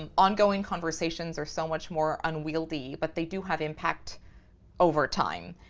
um ongoing conversations are so much more unwieldy but they do have impact over time.